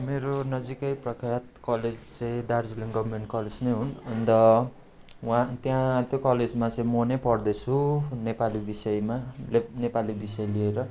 मेरो नजिकै प्रख्यात कलेज चाहिँ दार्जिलिङ गभर्मेन्ट कलेज नै हुन् अन्त वहाँ त्यहाँ त्यो कलेजमा चाहिँ म नै पढ्दैछु नेपाली विषयमा नेपाली विषय लिएर